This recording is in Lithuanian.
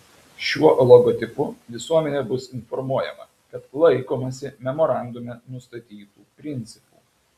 šiuo logotipu visuomenė bus informuojama kad laikomasi memorandume nustatytų principų